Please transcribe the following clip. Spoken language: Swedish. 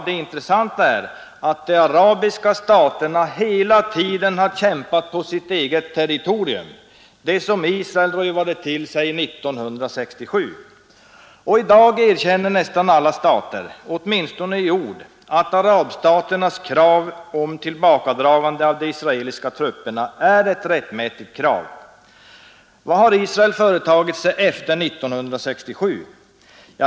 Det intressanta är att de arabiska staterna hela tiden har kämpat på sitt eget territorium, det som Israel rövade till sig 1967. I dag erkänner nästan alla stater, åtminstone i ord, att de arabiska staternas krav om tillbakadragande av de israeliska trupperna är ett rättmätigt krav. Vad har Israel företagit sig efter 1967?